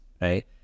right